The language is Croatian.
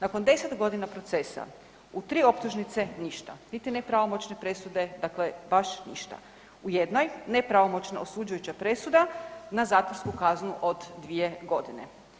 Nakon 10 godina procesa u 3 optužnice niti nepravomoćne presude, dakle baš ništa, u jednoj nepravomoćno osuđujuća presuda na zatvorsku kaznu od 2 godine.